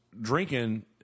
drinking